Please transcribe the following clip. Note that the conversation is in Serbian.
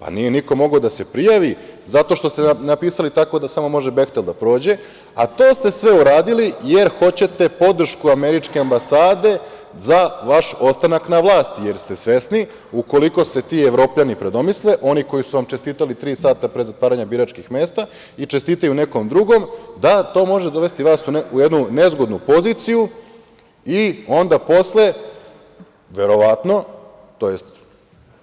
Pa, nije niko mogao da se prijavi zato što ste napisali tako da samo može „Behtel“ da prođe, a to ste sve uradili jer hoćete podršku američke ambasade za vaš ostanak na vlasti jer ste svesni da ukoliko se ti Evropljani predomisle, oni koji su vam čestitali tri sata pre zatvaranja biračkih mesta i čestitaju nekom drugom da to može dovesti vas u jednu nezgodnu poziciju i onda posle, verovatno, tj.